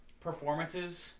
performances